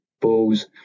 balls